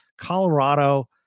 Colorado